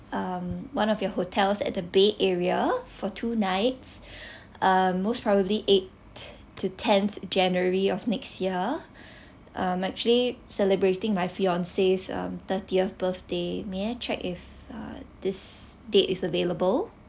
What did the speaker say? um one of your hotels at the bay area for two nights uh most probably eighth to tenth january of next year um actually celebrating my fiance's um thirtieth birthday may I check if uh this date is available